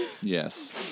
Yes